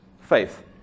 faith